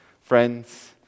Friends